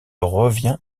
revient